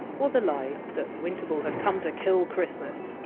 or the lie, that winterval had come to kill christmas?